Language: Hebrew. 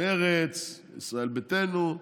מרצ, ישראל ביתנו,